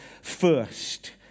first